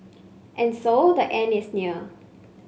and so the end is near